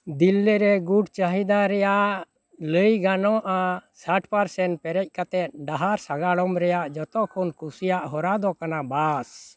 ᱫᱤᱞᱞᱤ ᱨᱮ ᱜᱩᱴ ᱪᱟᱹᱦᱤᱫᱟ ᱨᱮᱭᱟᱜ ᱞᱟᱹᱭ ᱜᱟᱱᱚᱜᱼᱟ ᱥᱟᱴ ᱯᱟᱨᱥᱮᱱ ᱯᱮᱨᱮᱡᱽ ᱠᱟᱛᱮ ᱰᱟᱦᱟᱨ ᱥᱟᱜᱟᱲᱚᱢ ᱨᱮᱭᱟᱜ ᱡᱚᱛᱚ ᱠᱷᱚᱱ ᱠᱩᱥᱤᱭᱟᱜ ᱦᱚᱨᱟ ᱫᱚ ᱠᱟᱱᱟ ᱵᱟᱥ